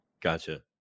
Gotcha